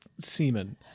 semen